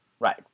Right